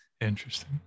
Interesting